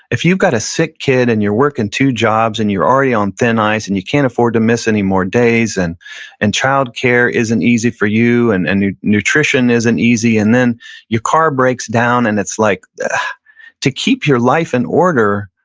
if you've got a sick kid and you're working two jobs and you're already on thin ice and you can't afford to miss any more days, and and child care isn't easy for you, and and your nutrition isn't easy, and then your car breaks down and it's like to keep your life in order,